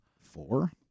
four